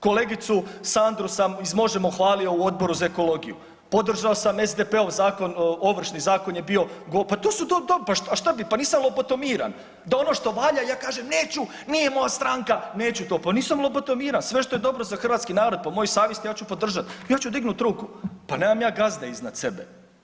Kolegicu Sandru sam iz Možemo! hvalio iz Odbora za ekologiju, podržao sam SDP-ov zakon, Ovršni zakon je bio, pa to su, pa šta bi, pa nisam lobotomiran, da ono što valjda ja kažem neću, nije moja stranka, neću to, pa nisam lobotomiran, sve što je dobro za hrvatski narod, moju savjest, ja ću podržat, ja ću dignut ruku, pa nemam ja gazde iznad sebe.